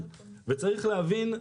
כדי שיהיה להם אוכל.